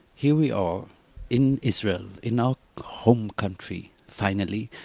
here we are in israel, in our home country, finally,